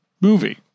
movie